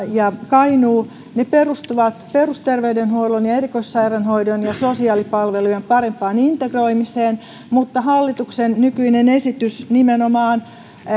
ja kainuu perustuvat perusterveydenhuollon ja ja erikoissairaanhoidon ja sosiaalipalvelujen parempaan integroimiseen mutta hallituksen nykyinen esitys nimenomaan